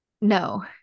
No